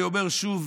אני אומר שוב,